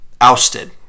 Ousted